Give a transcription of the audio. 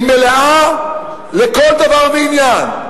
היא מלאה לכל דבר ועניין,